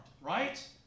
right